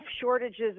shortages